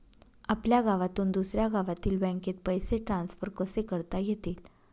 आपल्या गावातून दुसऱ्या गावातील बँकेत पैसे ट्रान्सफर कसे करता येतील?